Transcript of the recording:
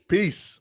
Peace